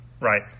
right